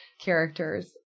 characters